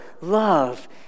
love